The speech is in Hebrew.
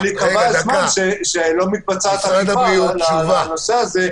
משרד הבריאות תשובה.